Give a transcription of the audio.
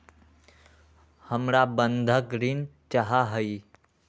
हमरा बंधक ऋण चाहा हई